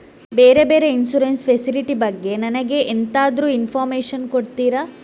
ಬೇರೆ ಬೇರೆ insurance facility ಬಗ್ಗೆ ನನಗೆ ಎಂತಾದ್ರೂ ಇನ್ಫೋರ್ಮೇಷನ್ ಕೊಡ್ತೀರಾ?